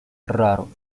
raro